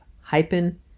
hyphen